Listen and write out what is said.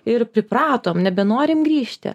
ir pripratom nebenorim grįžti